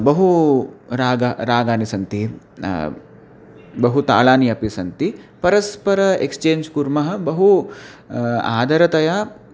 बहवः रागाः रागाः सन्ति बहवः तालाः अपि सन्ति परस्परम् एक्स्चेञ्ज् कुर्मः बहु आदरतया